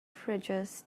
fridges